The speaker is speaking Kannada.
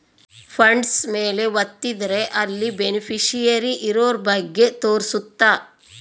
ಫಂಡ್ಸ್ ಮೇಲೆ ವತ್ತಿದ್ರೆ ಅಲ್ಲಿ ಬೆನಿಫಿಶಿಯರಿ ಇರೋರ ಬಗ್ಗೆ ತೋರ್ಸುತ್ತ